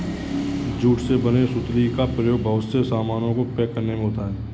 jute से बने सुतली का प्रयोग बहुत से सामानों को पैक करने में होता है